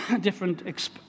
different